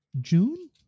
June